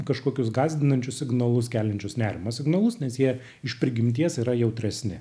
kažkokius gąsdinančius signalus keliančius nerimą signalus nes jie iš prigimties yra jautresni